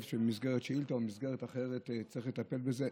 שבמסגרת שאילתה או במסגרת אחרת צריך לטפל בזה.